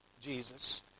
Jesus